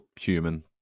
human